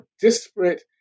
disparate